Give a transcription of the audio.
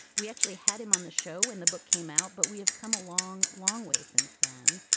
we actually had him on the show when the book came out but we have come a long long way since then.